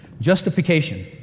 Justification